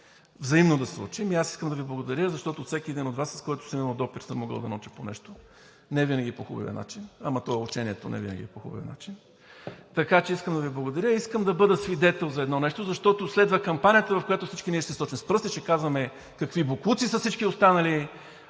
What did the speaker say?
взаимно да се учим и аз искам да Ви благодаря, защото от всеки един от Вас, с когото съм имал допир, съм могъл да науча по нещо – невинаги по хубавия начин, ама то учението невинаги е по хубавия начин. Така че искам да Ви благодаря! Искам да бъда свидетел за едно нещо, защото следва кампанията, в която всички ние ще сочим с пръсти и ще казваме какви боклуци са всички останали.